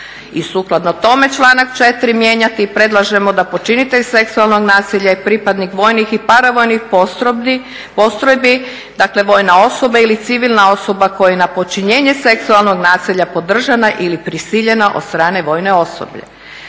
I sukladno tome članak 4. mijenjati, predlažemo da počinitelj seksualnog nasilja i pripadnih vojnih i paravojnih postrojbi, dakle vojna osoba ili civilna osoba koja je na počinjenje seksualnog nasilja podržana ili prisiljena od strane vojne osobe.